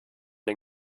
den